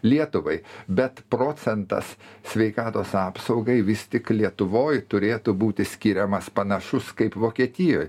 lietuvai bet procentas sveikatos apsaugai vis tik lietuvoj turėtų būti skiriamas panašus kaip vokietijoj